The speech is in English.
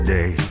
Day